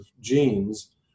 genes